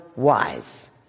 wise